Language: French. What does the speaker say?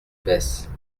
baisse